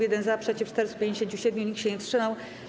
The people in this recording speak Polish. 1 - za, przeciw - 457, nikt się nie wstrzymał.